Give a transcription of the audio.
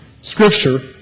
Scripture